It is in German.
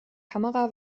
kamera